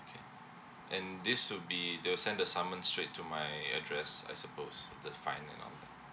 okay and this should be the send the summons straight to my address I suppose the fine and all that